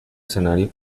escenario